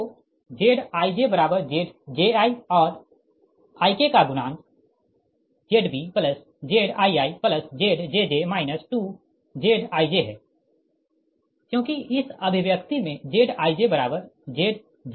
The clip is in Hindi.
तो ZijZji और Ik का गुणांक ZbZiiZjj 2Zij है क्योंकि इस अभिव्यक्ति में ZijZji है